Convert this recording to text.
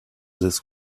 this